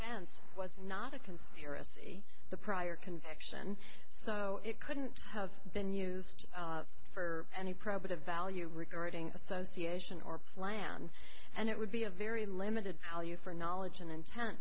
was not a conspiracy the prior conviction so it couldn't have been used for any probative value regarding association or plan and it would be a very limited value for knowledge and inten